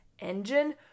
engine